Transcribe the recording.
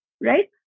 right